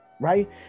right